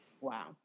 wow